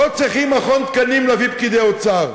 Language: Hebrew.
לא צריכים מכון תקנים כדי להביא פקידי אוצר.